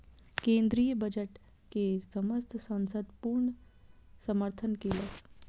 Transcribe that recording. केंद्रीय बजट के समस्त संसद पूर्ण समर्थन केलक